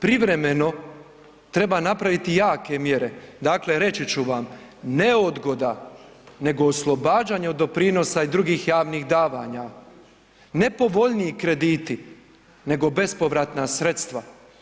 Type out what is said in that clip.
Privremeno treba napraviti jake mjere, dakle reći ću vam ne odgoda nego oslobađanje od doprinosa i drugih javnih davanja, ne povoljniji krediti nego bespovratna sredstva.